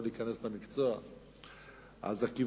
יכול להיכנס למקצוע.